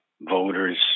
voters